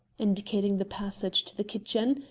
indicating the passage to the kitchen,